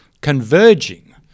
converging